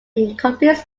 incomplete